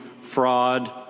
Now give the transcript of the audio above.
fraud